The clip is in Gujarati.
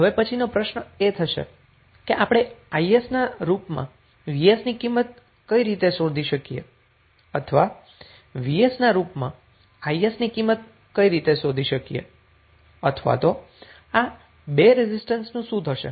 તો હવે પછીનો પ્રશ્ન એ થશે કે આપણે Is ના રુપમા Vs ની કિંમત કઈ રીતે શોધી શકીએ અથવા તો Vs ના રુપમા Is ની કિંમત કઈ રીતે શોધી શકીએ અથવા આ બે રેઝિસ્ટન્સનું શું થશે